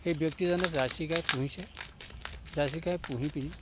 সেই ব্যক্তিজনে জাৰ্চী গাই পুহিছে জাৰ্চী গাই পুহি পিনি